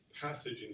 passage